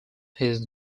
his